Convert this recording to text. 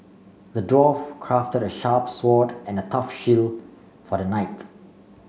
the dwarf crafted a sharp sword and a tough shield for the knight